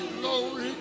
glory